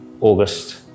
August